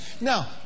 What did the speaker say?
now